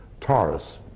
Taurus